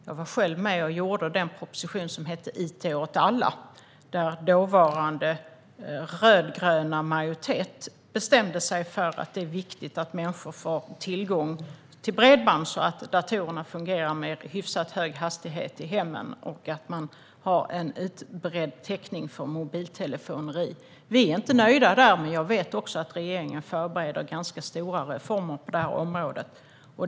Jag var själv med och skrev propositionen om it åt alla då den dåvarande rödgröna majoriteten bestämde sig för att det är viktigt att människor får tillgång till bredband så att datorerna fungerar med hyfsat hög hastighet i hemmen och att det finns en utbredd täckning för mobiltelefoni. Vi är inte nöjda, men jag vet att regeringen förbereder stora reformer på detta område.